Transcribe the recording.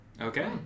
Okay